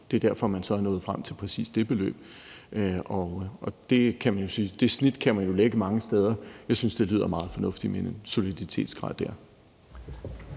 Det er derfor, man så er nået frem til præcis det beløb. Det snit kan man jo lægge mange steder, kan man sige. Jeg synes, det lyder meget fornuftigt med en soliditetsgrad der.